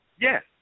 Yes